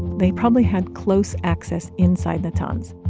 they probably had close access inside natanz